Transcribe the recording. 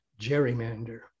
gerrymander